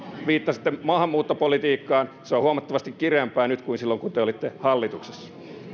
viittasitte maahanmuuttopolitiikkaan se on huomattavasti kireämpää nyt kuin silloin kun te te olitte hallituksessa